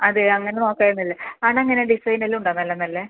അതെ അങ്ങനെ നോക്കാമായിരുന്നില്ലേ അവിടെ എങ്ങനെ ഡിസൈൻ എല്ലാം ഉണ്ടോ നല്ല നല്ല